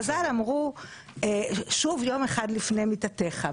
חז"ל אמרו: שוב יום אחד לפני מיתתך.